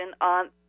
on